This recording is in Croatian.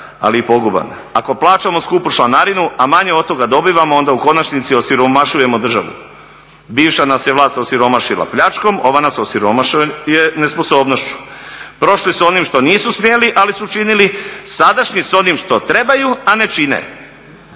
ali i poguban. Ako plaćamo skupu članarinu a manje od toga dobivamo onda u konačnici osiromašujemo državu. Bivša nas je vlast osiromašila pljačkom, ova nas osiromašuje nesposobnošću. Prošli s onim što nisu smjeli, ali su učinili, sadašnji s onim što trebaju a ne čine.